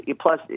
plus